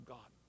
God